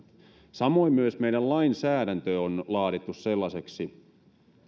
samoin meidän lainsäädäntö on laadittu sellaiseksi